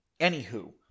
anywho